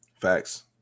Facts